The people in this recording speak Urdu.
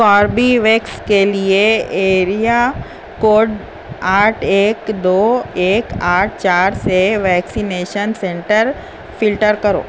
کوربی ویکس کے لیے ایریا کوڈ آٹھ ایک دو ایک آٹھ چار سے ویکسینیشن سنٹر فلٹر کرو